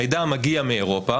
מידע מגיע מאירופה,